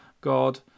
God